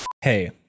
Hey